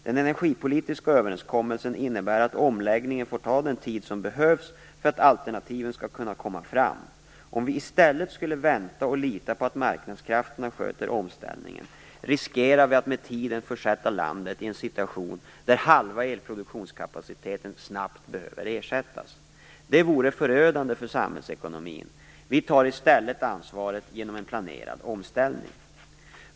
Den energipolitiska överenskommelsen innebär att omläggningen får ta den tid som behövs för att alternativen skall komma fram. Om vi i stället skulle vänta och lita på att marknadskrafterna sköter omställningen, riskerar vi att med tiden försätta landet i en situation där halva elproduktionskapaciteten snabbt behöver ersättas. Det vore förödande för samhällsekonomin. Vi tar i stället ansvaret genom en planerad omställning.